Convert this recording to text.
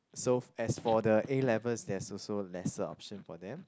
so as for the A-level there's also lesser option for them